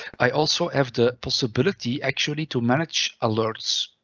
i also have the possibility actually to manage alerts.